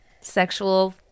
sexual